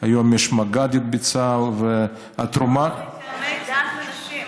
היום יש מג"דית בצה"ל, פטור מטעמי דת לנשים.